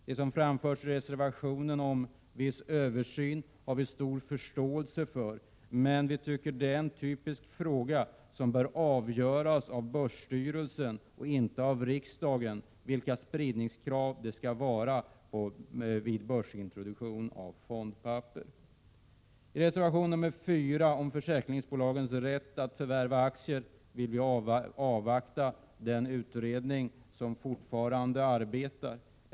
Det som framförs i reservationen om viss översyn har vi stor förståelse för, men vi tycker att frågan om vilka spridningskraven skall vara vid börsintroduktion av fondpapper är en typisk fråga för avgörande i börsstyrelsen och inte i riksdagen. Vad beträffar reservation 4 om försäkringsbolagens rätt att förvärva aktier vill vi avvakta den utredning som fortfarande arbetar.